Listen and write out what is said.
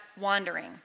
wandering